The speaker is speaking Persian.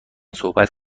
صحبت